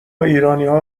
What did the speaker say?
ایرانیها